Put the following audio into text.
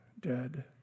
dead